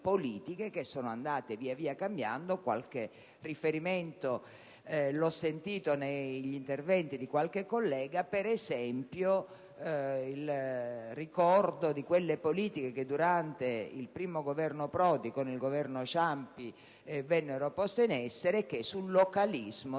che sono andate via via cambiando. Qualche riferimento l'ho sentito negli interventi di alcuni colleghi. Penso, ad esempio, alle politiche che durante il primo Governo Prodi e con il Governo Ciampi vennero poste in essere e che sul localismo -